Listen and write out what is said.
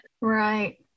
Right